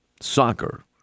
soccer